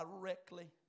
directly